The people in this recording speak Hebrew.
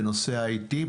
בנושא ה-IT,